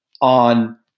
on